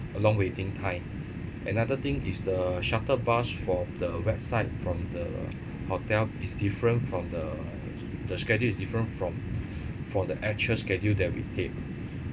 a long waiting time another thing is the shuttle bus from the website from the hotel is different from the the schedule is different from from the actual schedule that we take